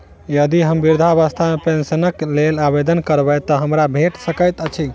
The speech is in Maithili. यदि हम वृद्धावस्था पेंशनक लेल आवेदन करबै तऽ हमरा भेट सकैत अछि?